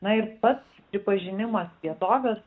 na ir pats pripažinimas vietovės